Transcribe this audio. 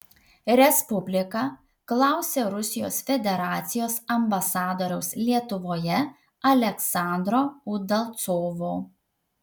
respublika klausė rusijos federacijos ambasadoriaus lietuvoje aleksandro udalcovo